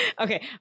okay